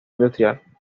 industrial